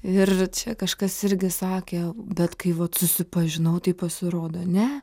ir čia kažkas irgi sakė bet kai vat susipažinau tai pasirodo ne